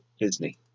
Disney